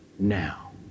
Now